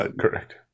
Correct